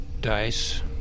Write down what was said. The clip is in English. Dice